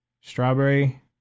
Strawberry